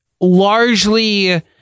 largely